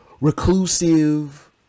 reclusive